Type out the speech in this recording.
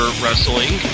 wrestling